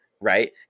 Right